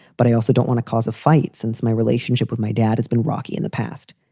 but i also don't want to cause a fight since my relationship with my dad has been rocky in the past.